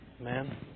Amen